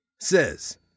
says